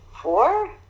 four